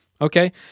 Okay